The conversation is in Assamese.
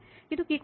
কিন্তু কি কৰিম